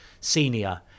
senior